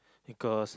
because